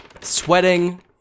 sweating